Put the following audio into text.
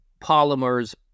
polymers